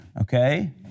Okay